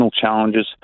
challenges